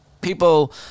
People